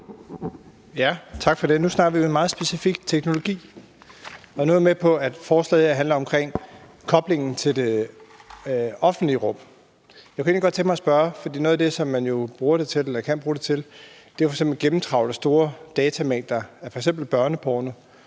(S): Tak for det. Nu snakker vi jo en meget specifik teknologi, og jeg er med på, at forslaget her handler om koblingen til det offentlige rum. Noget af det, som man jo bruger det til eller kan bruge det til, er jo at gennemtrawle store datamængder af f.eks. børneporno